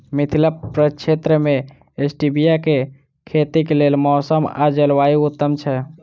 मिथिला प्रक्षेत्र मे स्टीबिया केँ खेतीक लेल मौसम आ जलवायु उत्तम छै?